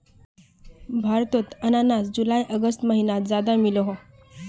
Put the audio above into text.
भारतोत अनानास जुलाई अगस्त महिनात ज्यादा मिलोह